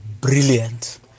brilliant